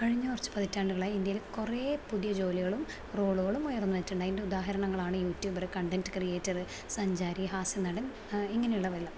കഴിഞ്ഞ കുറച്ചു പതിറ്റാണ്ടുകളായി ഇന്ത്യയിൽ കുറെ പുതിയ ജോലികളും റോളുകളും ഉയർന്നിട്ടുണ്ട് അതിൻ്റെ ഉദാഹരണങ്ങളാണ് യൂട്യൂബർ കണ്ടൻറ്റ് ക്രിയേറ്ററ് സഞ്ചാരി ഹാസ്യ നടൻ ഇങ്ങനെയുള്ളതെല്ലാം